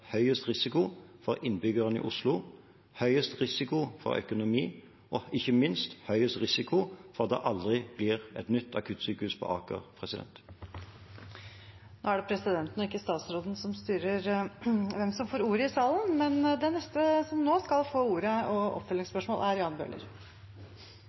høyest risiko for innbyggerne i Oslo, høyest risiko for økonomi og – ikke minst – høyest risiko for at det aldri blir et nytt akuttsykehus på Aker. Det er presidenten og ikke statsråden som styrer hvem som får ordet i salen, men den neste som nå skal få ordet